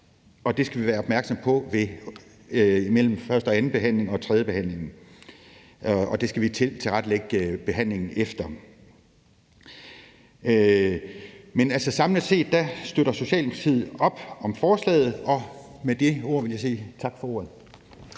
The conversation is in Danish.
og det skal vi være opmærksomme på mellem første-, anden- og tredjebehandlingen, og vi skal tilrettelægge behandlingen efter det. Men samlet set støtter Socialdemokratiet forslaget, og med det vil jeg sige tak for ordet.